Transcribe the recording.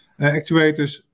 actuators